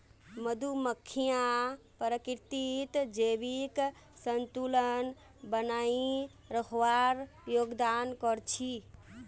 मधुमक्खियां प्रकृतित जैविक संतुलन बनइ रखवात योगदान कर छि